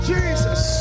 Jesus